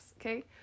okay